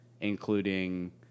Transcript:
including –